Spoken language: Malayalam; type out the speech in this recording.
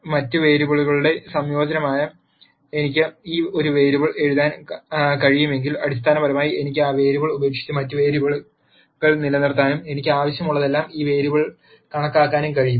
മറ്റ് വേരിയബിളുകളുടെ സംയോജനമായി എനിക്ക് ഒരു വേരിയബിൾ എഴുതാൻ കഴിയുമെങ്കിൽ അടിസ്ഥാനപരമായി എനിക്ക് ആ വേരിയബിൾ ഉപേക്ഷിച്ച് മറ്റ് വേരിയബിളുകൾ നിലനിർത്താനും എനിക്ക് ആവശ്യമുള്ളപ്പോഴെല്ലാം ഈ വേരിയബിൾ കണക്കാക്കാനും കഴിയും